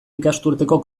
ikasturteko